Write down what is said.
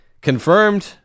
confirmed